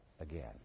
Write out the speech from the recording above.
again